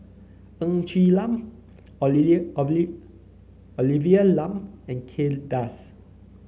Ng Quee Lam Olivia Lum and Kay Das